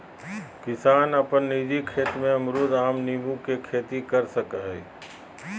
किसान अपन निजी खेत में अमरूद, आम, नींबू के खेती कर सकय हइ